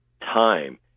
time